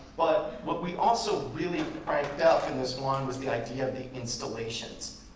but what we also really cranked up in this one was the idea of the installations,